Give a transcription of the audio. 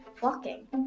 walking